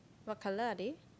what colour are they